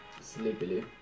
sleepily